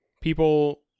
people